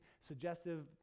suggestive